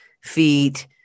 feet